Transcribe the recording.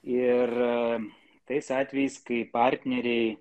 ir tais atvejais kai partneriai